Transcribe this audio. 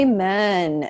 Amen